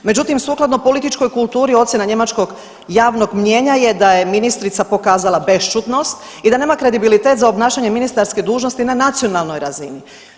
Međutim, sukladno političkoj kulturi ocjena njemačkog javnog mnijenja je da je ministrica pokazala bešćutnost i da nema kredibilitet za obnašanje ministarske dužnosti na nacionalnoj razini.